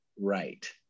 right